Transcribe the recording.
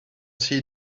see